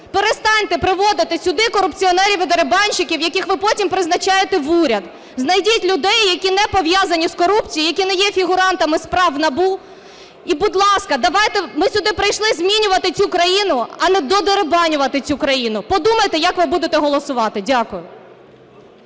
перестаньте приводити сюди корупціонерів і дерибанщиків, яких ви потім призначаєте в уряд. Знайдіть людей, які не пов'язані з корупцією, які не є фігурантами справ в НАБУ. І, будь ласка, давайте, ми сюди прийшли змінювати цю країну, а не додерибанювати цю країну. Подумайте, як ви будете голосувати. Дякую.